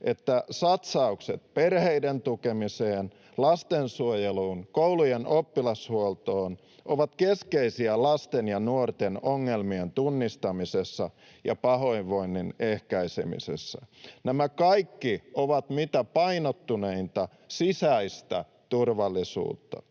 että satsaukset perheiden tukemiseen, lastensuojeluun ja koulujen oppilashuoltoon ovat keskeisiä lasten ja nuorten ongelmien tunnistamisessa ja pahoinvoinnin ehkäisemisessä. Nämä kaikki ovat mitä painottuneinta sisäistä turvallisuutta.